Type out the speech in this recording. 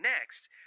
Next